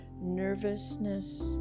nervousness